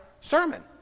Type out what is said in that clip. sermon